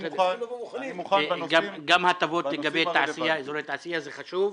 גם הטבות לגבי אזורי תעשייה זה חשוב.